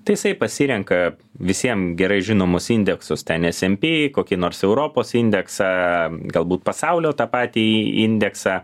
tai jisai pasirenka visiem gerai žinomus indeksus ten smp kokį nors europos indeksą galbūt pasaulio tą patį indeksą